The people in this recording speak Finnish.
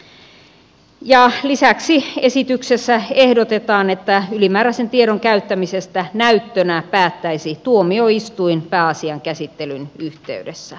ja lisäksi esityksessä ehdotetaan että ylimääräisen tiedon käyttämisestä näyttönä päättäisi tuomioistuin pääasian käsittelyn yhteydessä